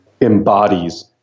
embodies